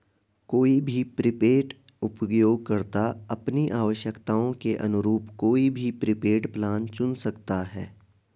कोई भी प्रीपेड उपयोगकर्ता अपनी आवश्यकताओं के अनुरूप कोई भी प्रीपेड प्लान चुन सकता है